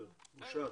בושה.